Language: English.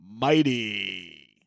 mighty